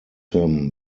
him